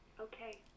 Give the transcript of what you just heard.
Okay